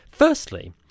Firstly